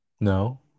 No